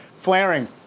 flaring